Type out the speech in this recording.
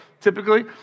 typically